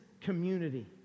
community